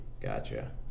Gotcha